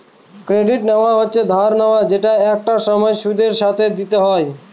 credit নেওয়া হচ্ছে ধার নেওয়া যেটা একটা সময় সুদের সাথে দিতে হয়